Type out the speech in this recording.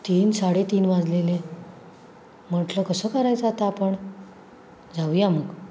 तीन साडे तीन वाजलेले म्हटलं कसं करायचं आता आपण जाऊया मग